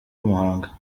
muhanga